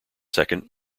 second